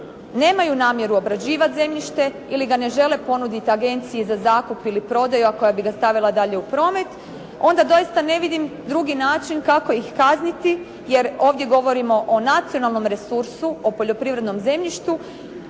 nemaju namjeru obrađivati zemljište ili ga ne žele ponuditi agenciji za zakup ili prodaju, a koja bi ga stavila dalje u promet, onda doista ne vidim drugi način kako ih kazniti jer ovdje govorimo o nacionalnom resursu, o poljoprivrednom zemljištu,